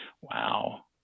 Wow